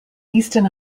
easton